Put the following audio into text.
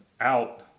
out